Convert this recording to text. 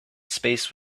space